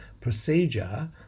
procedure